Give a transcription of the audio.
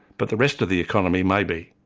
but the rest of the economy may be.